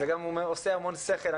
זה גם עושה המון שכל.